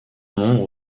nom